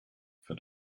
für